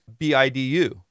BIDU